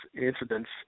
incidents